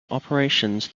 operations